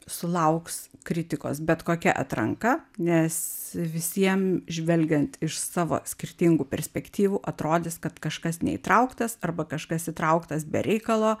sulauks kritikos bet kokia atranka nes visiem žvelgiant iš savo skirtingų perspektyvų atrodys kad kažkas neįtrauktas arba kažkas įtrauktas be reikalo